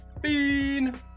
Bean